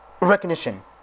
recognition